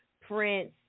Prince